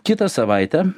kitą savaitę